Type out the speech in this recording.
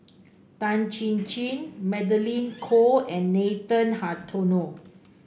Tan Chin Chin Magdalene Khoo and Nathan Hartono